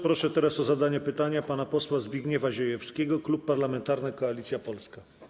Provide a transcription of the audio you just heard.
Proszę teraz o zadanie pytania pana posła Zbigniewa Ziejewskiego, Klub Parlamentarny Koalicja Polska.